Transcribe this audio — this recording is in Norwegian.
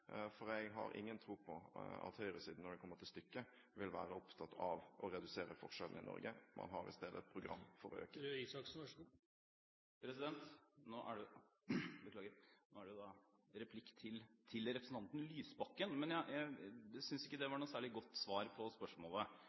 det. Jeg har ingen tro på at høyresiden, når det kommer til stykket, vil være opptatt av å redusere forskjellene i Norge. Man har i stedet et program for å øke dem. Nå er jo dette en replikk til representanten Lysbakken. Jeg syntes ikke det var et særlig godt svar på spørsmålet.